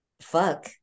fuck